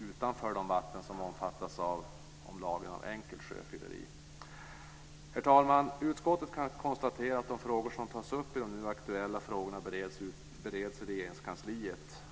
utanför de vatten som omfattas av lagen om enkelt sjöfylleri. Herr talman! Utskottet kan konstatera att de frågor som tas upp i de nu aktuella frågorna bereds i Regeringskansliet.